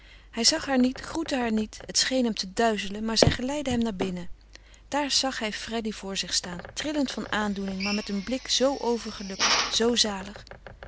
hij zag haar niet groette haar niet het scheen hem te duizelen maar zij geleidde hem naar binnen daar zag hij freddy voor zich staan trillende van aandoening maar met een blik zoo overgelukkig zoo zalig